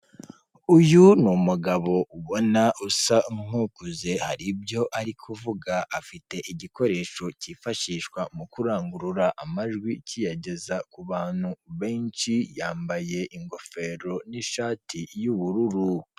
Uyu ni umugabo ubona usa nk'ukuze, hari ibyo ari kuvuga, afite igikoresho cyifashishwa mu kurangurura amajwi kiyageza ku bantu benshi, yambaye ingofero n'ishati y'ubururu.